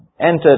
entered